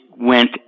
went